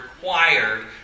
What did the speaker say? required